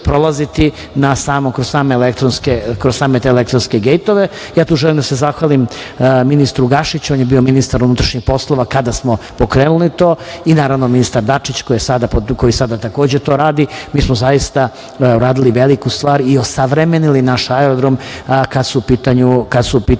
prolazitikroz same elektronske gejtove. Tu želim da se zahvalim ministru Gašiću, on je bio ministar unutrašnjih poslova kada smo pokrenuli to i naravno ministru Dačiću koji sada takođe to radi. Mi smo zaista uradili veliku stvar i osavremenili naš aerodrom kada je u pitanju